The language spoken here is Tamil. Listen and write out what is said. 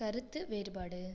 கருத்து வேறுபாடு